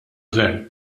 gvern